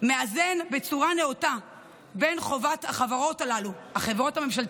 מאזנים בצורה נאותה בין חובת החברות הממשלתיות